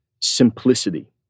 simplicity